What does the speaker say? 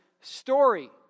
story